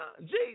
Jesus